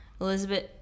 Elizabeth